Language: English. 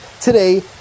today